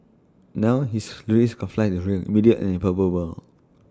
now his risk of flight is real immediate and palpable